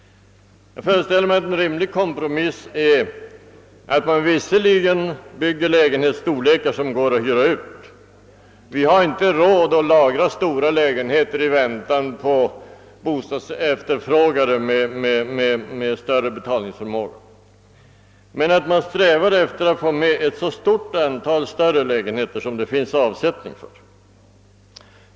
Jag föreställer mig att en rimlig kompromiss är att vi visserligen bygger lägenheter av en sådan storlek att de går att hyra ut nu — vi har inte råd att lagra stora lägenheter i väntan på en bostadsefterfrågan som bygger på större betalningsförmåga — men att vi samtidigt strävar efter att få med ett så stort antal större lägenheter som det finns avsättning för.